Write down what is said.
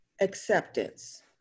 acceptance